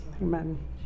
amen